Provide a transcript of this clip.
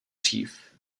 dřív